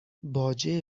باجه